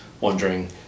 wondering